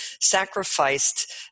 sacrificed